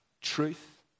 truth